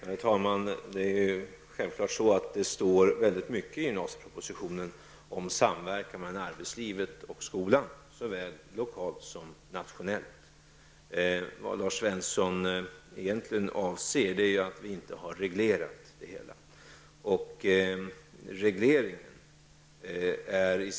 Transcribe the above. Herr talman! Det är självklart så, att det står väldigt mycket i gymnasiepropositionen om samverkan mellan arbetslivet och skolan såväl lokalt som nationellt. Lars Svensson avser egentligen det faktum att vi inte har reglerat detta.